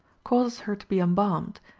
causes her to be embalmed,